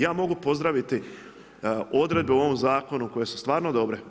Ja mogu pozdraviti odredbe u ovom zakonu koje su stvarno dobre.